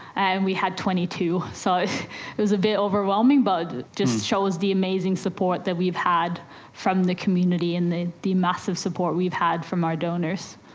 and we had twenty two. so it was a bit overwhelming, but it just shows the amazing support that we've had from the community and the the massive support we've had from our donors.